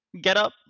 getup